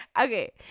Okay